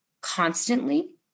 constantly